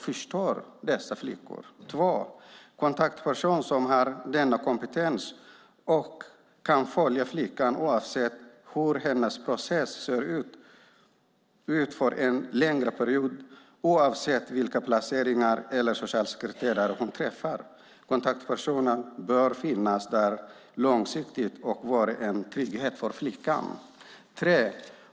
För det andra behöver varje flicka en kontaktperson som har rätt kompetens och som kan följa henne under en längre period oavsett vilka placeringar eller socialsekreterare hon träffar. Kontaktpersonen bör finnas där långsiktigt och vara en trygghet för flickan.